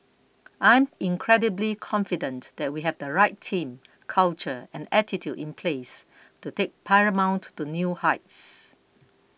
I'm incredibly confident that we have the right team culture and attitude in place to take Paramount to new heights